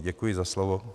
Děkuji za slovo.